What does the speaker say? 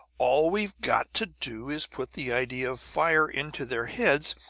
all we've got to do is put the idea of fire into their heads,